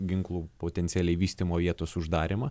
ginklų potencialiai vystymo vietos uždarymą